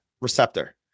receptor